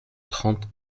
trente